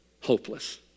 Hopeless